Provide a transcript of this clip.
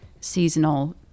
Seasonal